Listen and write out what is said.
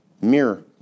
mirror